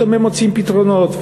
פתאום הם מוצאים פתרונות,